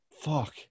Fuck